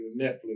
Netflix